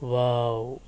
wow